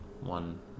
one